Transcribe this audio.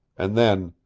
and then,